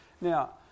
Now